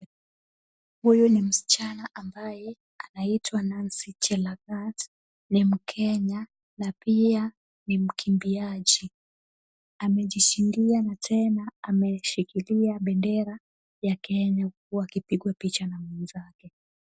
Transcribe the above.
Huyu ni msichana ambaye anaitwa Nancy Chelangat, ni mkenya na pia ni mkimbiaji. Amejishindia na tena ameshikilia bendera ya Kenya wakipigwa picha na mwenzake.